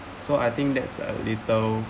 so I think that's a little